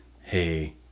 Hey